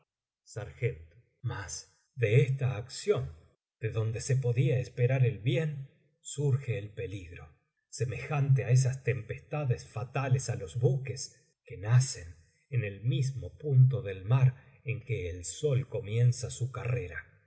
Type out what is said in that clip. sarg mas de esta acción de donde se podía esperar el bien surge el peligro semejante á esas tempestades fatales á los buques que nacen en el mismo punto del mar en que el sol comienza su carrera